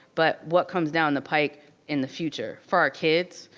but what comes down the pike in the future. for our kids,